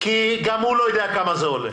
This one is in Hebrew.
כי גם הוא לא יודע כמה זה עולה.